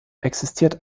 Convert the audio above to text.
existiert